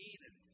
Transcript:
Eden